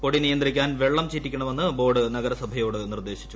പൊടി നിയന്ത്രിക്കാൻ വെള്ളം ചീറ്റിക്കണമെന്ന് ബോർഡ് നഗരസഭയോട് നിർദ്ദേശിച്ചു